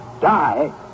die